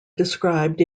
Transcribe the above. described